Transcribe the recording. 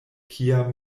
kiam